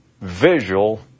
visual